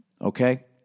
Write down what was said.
okay